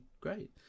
great